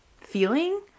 feeling